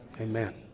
amen